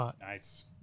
Nice